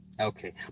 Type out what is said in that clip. okay